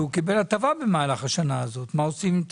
והוא קיבל הטבה במהלך השנה הזאת מה עושים איתו?